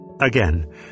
Again